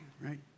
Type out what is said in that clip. right